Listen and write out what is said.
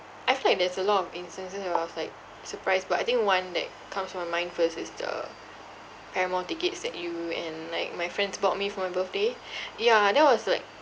I feel like there's a lot of instances where I was like surprised but I think one that comes to my mind first is the paramore tickets that you and like my friends bought me for my birthday ya that was like